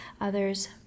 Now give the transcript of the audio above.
others